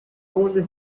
only